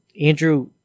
Andrew